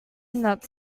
not